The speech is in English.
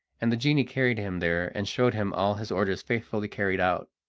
and the genie carried him there and showed him all his orders faithfully carried out,